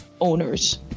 owners